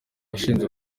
ashinzwe